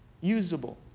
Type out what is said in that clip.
Usable